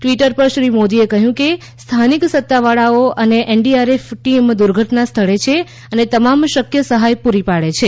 Twitter પર શ્રી મોદીએ કહ્યું કે સ્થાનિક સત્તાવાળાઓ અને એનડીઆરએફ ટીમ દુર્ઘટના સ્થળે છે અને તમામ શક્ય સહાય પૂરી પાડે છે